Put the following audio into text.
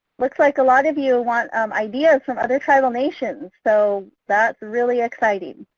looks like a lot of you want ideas from other tribal nations so that's really exciting.